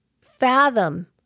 fathom